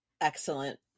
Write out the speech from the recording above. excellent